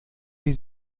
wie